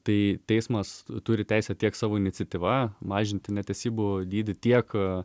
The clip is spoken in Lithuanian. tai teismas turi teisę tiek savo iniciatyva mažinti netesybų dydį tiek